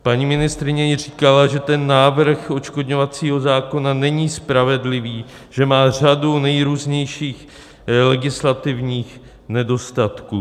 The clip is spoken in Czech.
Paní ministryně již říkala, že návrh odškodňovacího zákona není spravedlivý, že má řadu nejrůznějších legislativních nedostatků.